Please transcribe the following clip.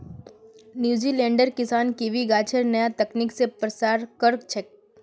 न्यूजीलैंडेर किसान कीवी गाछेर नया तकनीक स प्रसार कर छेक